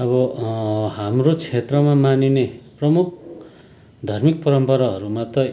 अब हाम्रो क्षेत्रमा मानिने प्रमुख धार्मिक परम्पराहरूमा त